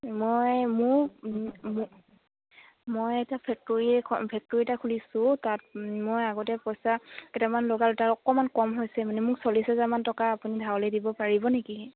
মই মোক মই এটা ফেক্টৰী ফেক্টৰী এটা খুলিছোঁ তাত মই আগতে পইচা কেইটামান দৰকাৰ হ'ল তাত অকণমান কম হৈছে মানে মোক চল্লিশ হাজাৰ মান টকা আপুনি ধাৰলে দিব পাৰিব নেকি